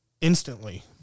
instantly